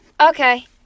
Okay